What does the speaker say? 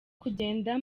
kugenda